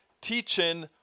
teaching